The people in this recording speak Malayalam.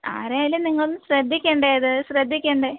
ആരായാലും നിങ്ങളൊന്നു ശ്രദ്ധിക്കേണ്ടേ അത് ശ്രദ്ധിക്കേണ്ടേ